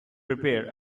prepared